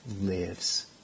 lives